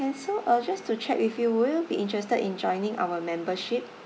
can so uh just to check with will you be interested in joining our membership